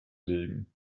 legen